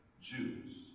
Jews